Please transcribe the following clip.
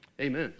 Amen